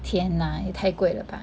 天 ah 也太贵了吧